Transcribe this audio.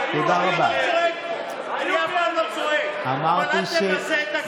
אני אף פעם לא צועק, אבל אל תבזה את הכנסת.